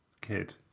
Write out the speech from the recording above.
kid